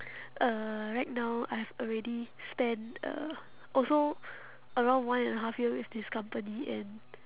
uh right now I have already spent uh also around one and a half years with this company and